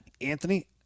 Anthony